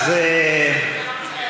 אפשר?